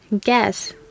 Guess